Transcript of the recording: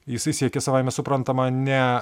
jisai siekė savaime suprantama ne